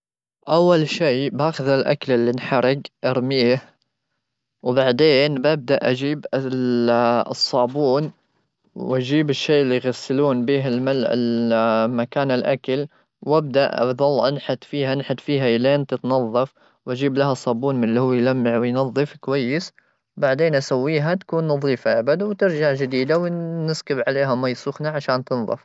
اول شيء باخذ الاكل اللي انحرق ارميه, وبعدين ببدا اجيب الصابون ,واجيب الشيء اللي يغسلون به المكان الاكل ,وابدا اظل انحت فيها انحت فيها الين تتنظف ,واجيب لها صابون من اللي هو يلمع وينظف كويس بعدين اسويها تكون نظيفه ابد وترجع جديده ونسكب عليها مياه سخنه عشان تنضف.